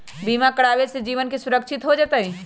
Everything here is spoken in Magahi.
बीमा करावे से जीवन के सुरक्षित हो जतई?